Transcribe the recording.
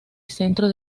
centro